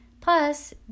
Plus